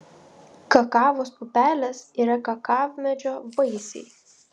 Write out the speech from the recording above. kakavos pupelės yra kakavmedžio vaisiai